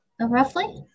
roughly